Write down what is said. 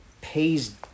pays